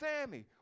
Sammy